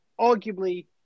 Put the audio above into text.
arguably